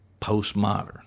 postmodern